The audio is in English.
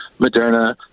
Moderna